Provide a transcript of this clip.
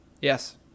Yes